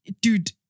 dude